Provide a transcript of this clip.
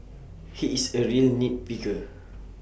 he is A real nit picker